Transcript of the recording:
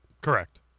correct